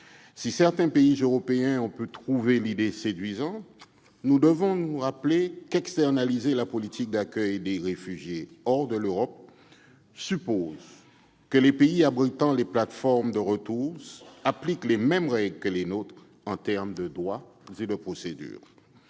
Si certains pays européens ont pu trouver l'idée séduisante, nous devons rappeler qu'externaliser la politique d'accueil des réfugiés hors d'Europe suppose que les pays abritant des plateformes de retour appliquent les mêmes règles que nous en matière de droits et de procédures.